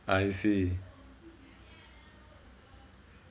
I see